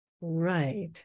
Right